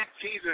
Jesus